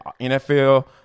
NFL